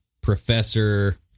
professor